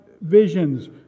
visions